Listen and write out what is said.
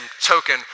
token